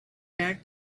back